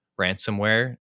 ransomware